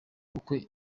bukwe